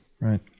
Right